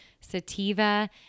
sativa